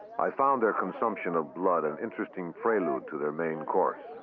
i found their consumption of blood an interesting prelude to their main course.